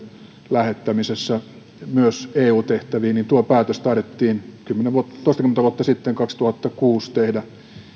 lähettämisessä myös eu tehtäviin niin tuo päätös taidettiin toistakymmentä vuotta sitten kaksituhattakuusi tehdä